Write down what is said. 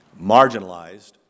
marginalized